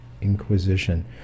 inquisition